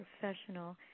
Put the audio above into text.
professional